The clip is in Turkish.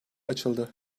açıldı